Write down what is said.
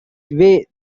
way